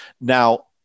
Now